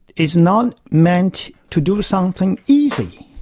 is not meant to do something easy.